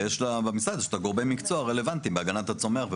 ויש במשרד את גורמי המקצוע הרלוונטיים בהגנת הצומח,